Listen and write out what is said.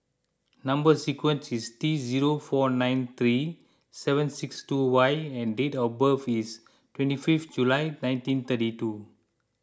Number Sequence is T zero four nine three seven six two Y and date of birth is twenty fifth July nineteen thirty two